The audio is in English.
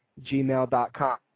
gmail.com